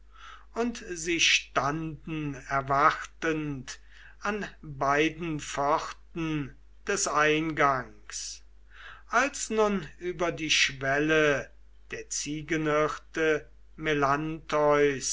und sie standen erwartend an beiden pfosten des eingangs als nun über die schwelle der ziegenhirte